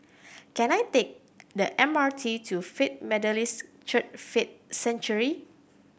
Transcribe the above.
can I take the M R T to Faith Methodist Church Faith Sanctuary